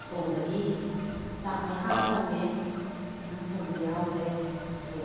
ꯊꯣꯡꯕꯗꯤ ꯆꯥꯛ ꯃꯌꯥꯝ ꯊꯣꯡꯉꯦ ꯃꯌꯥꯝ ꯊꯣꯡꯕ ꯌꯥꯎꯈ꯭ꯔꯦ ꯑꯗꯣ